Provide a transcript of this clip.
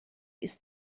ist